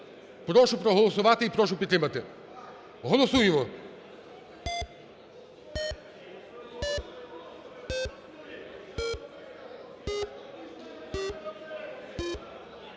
прошу проголосувати і прошу підтримати. Голосуємо.